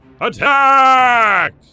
Attack